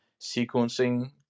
sequencing